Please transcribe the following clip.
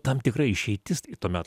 tam tikra išeitis į to meto